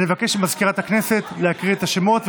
אני מבקש ממזכירת הכנסת להקריא את השמות,